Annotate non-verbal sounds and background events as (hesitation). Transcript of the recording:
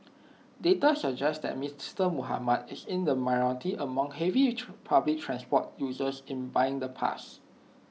data suggest that Mister Muhammad is in the minority among heavy (hesitation) public transport users in buying the pass